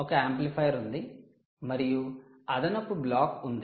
ఒక యాంప్లిఫైయర్ ఉంది మరియు అదనపు బ్లాక్ ఉంది